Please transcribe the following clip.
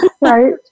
Right